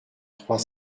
trois